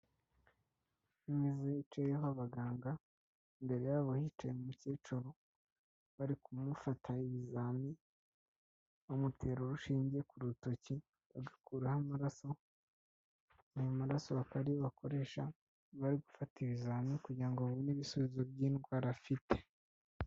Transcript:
Ameza yicayeho abaganga, imbere yabo hicaye umukecuru, bari kumufata ibizami, bamutera urushinge ku rutoki bagakuraho amaraso, ayo maraso bakaba ariyo bakoresha bari gufata ibizami kugira ngo babone ibisubizo by'indwara afite.